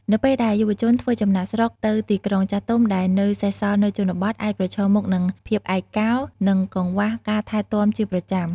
នៅពេលដែលយុវជនធ្វើចំណាកស្រុកទៅទីក្រុង ចាស់ទុំដែលនៅសេសសល់នៅជនបទអាចប្រឈមមុខនឹងភាពឯកកោ និងកង្វះការថែទាំជាប្រចាំ។